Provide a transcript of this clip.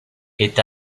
est